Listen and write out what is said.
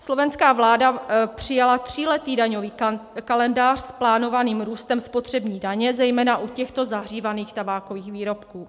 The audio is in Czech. Slovenská vláda přijala tříletý daňový kalendář s plánovaným růstem spotřební daně zejména u těchto zahřívaných tabákových výrobků.